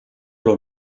los